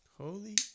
Holy